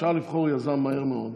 אפשר לבחור מהר מאוד יזם,